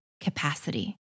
capacity